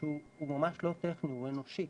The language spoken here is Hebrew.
שהוא ממש לא טכני, הוא אנושי,